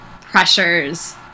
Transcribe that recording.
pressures